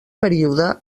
període